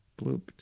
blooped